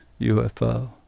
UFO